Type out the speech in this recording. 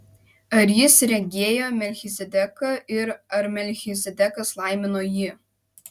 ar jis regėjo melchizedeką ir ar melchizedekas laimino jį